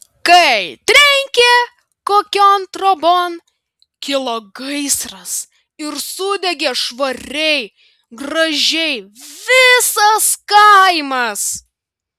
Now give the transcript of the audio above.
kai trenkė kokion trobon kilo gaisras ir sudegė švariai gražiai visas kaimas